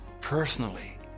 personally